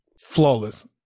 flawless